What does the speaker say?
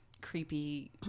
creepy